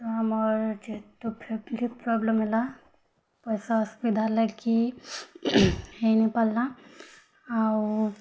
ଆମର୍ ଯେହେତୁ family problem ହେଲା ପଇସା ଅସୁବିଧା ହେଲା କି ହେଇନ ପାର୍ଲା ଆଉ